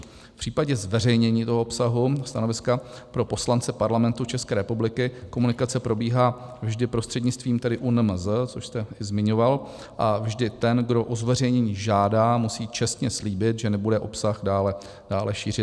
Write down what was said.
V případě zveřejnění obsahu stanoviska pro poslance Parlamentu České republiky komunikace probíhá vždy prostřednictvím tedy ÚNMZ, což jste zmiňoval, a vždy ten, kdo o zveřejnění žádá, musí čestně slíbit, že nebude obsah dále šířit.